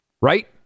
right